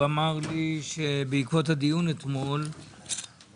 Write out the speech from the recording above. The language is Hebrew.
הוא אמר לי שבעקבות הדיון אתמול בנק